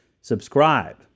Subscribe